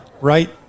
right